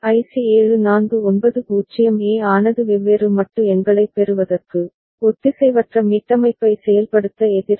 IC 7490A ஆனது வெவ்வேறு மட்டு எண்களைப் பெறுவதற்கு ஒத்திசைவற்ற மீட்டமைப்பை செயல்படுத்த எதிர் ஐ